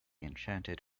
enchanted